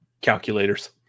calculators